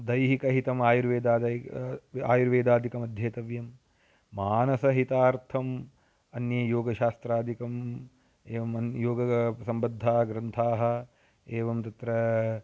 दैहिकहितमायुर्वेदादयः आयुर्वेदादिकमध्येतव्यं मानसहितार्थम् अन्ये योगशास्त्रादिकम् एवम् अन्यं योगगासम्बद्धाः ग्रन्थाः एवं तत्र